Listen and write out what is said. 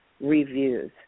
reviews